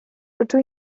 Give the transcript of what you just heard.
rydw